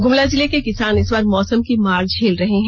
गुमला जिले के किसान इस बार मौसम की मार झेल रहे हैं